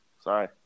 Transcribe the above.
Sorry